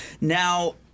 Now